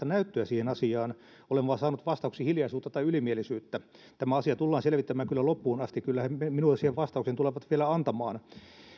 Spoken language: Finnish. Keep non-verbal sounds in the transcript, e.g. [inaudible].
[unintelligible] näyttöä siihen asiaan olen saanut vastaukseksi vain hiljaisuutta tai ylimielisyyttä tämä asia tullaan selvittämään kyllä loppuun asti kyllä he minulle siihen vastauksen tulevat vielä antamaan